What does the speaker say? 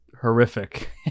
horrific